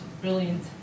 brilliant